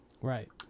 Right